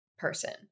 person